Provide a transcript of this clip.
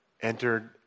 entered